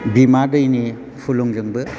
बिमा दैनि फुलुंजोंबो